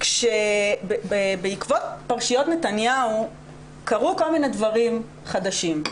בעקבות פרשיות נתניהו קרו כל מיני דברים חדשים.